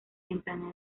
temprana